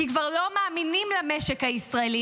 כי כבר לא מאמינים למשק הישראלי.